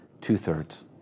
two-thirds